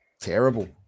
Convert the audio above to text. terrible